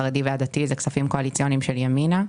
החרדי והדתי הם כספים קואליציוניים של ימינה,